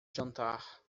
jantar